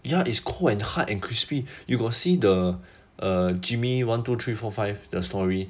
ya is cold and hard and crispy you got see the err err jimmy one two three four five the story